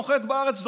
נוחת בארץ,